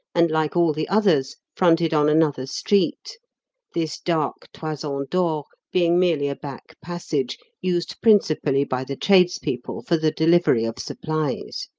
and, like all the others, fronted on another street this dark toison d'or being merely a back passage used principally by the tradespeople for the delivery of supplies.